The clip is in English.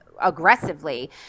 aggressively